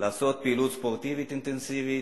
לעשות פעילות ספורטיבית אינטנסיבית,